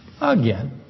Again